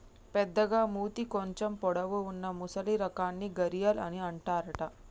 పెద్దగ మూతి కొంచెం పొడవు వున్నా మొసలి రకాన్ని గరియాల్ అని అంటారట